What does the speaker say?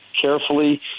carefully